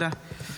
תודה.